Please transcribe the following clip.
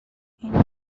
اینجا